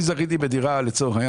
אני זכיתי בדירה, לצורך העניין,